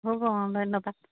হ'ব অঁ ধন্যবাদ